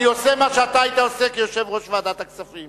אני עושה מה שאתה היית עושה כיושב-ראש ועדת הכספים.